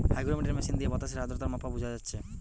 hygrometer machine দিয়ে বাতাসের আদ্রতার মাত্রা বুঝা যাচ্ছে